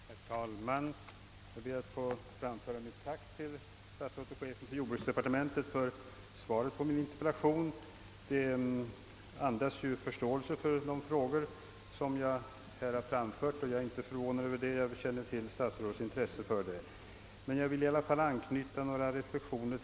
Herr talman! Jag ber att få framföra mitt tack till statsrådet och chefen för jordbruksdepartementet för svaret på min interpellation. Svaret andas ju förståelse för de frågor som jag framfört, och jag är inte förvånad eftersom jag känner till statsrådets intresse för dem. Men jag vill i alla fall anknyta några reflexioner.